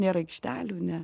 nėra aikštelių ne